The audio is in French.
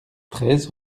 treize